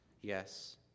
Yes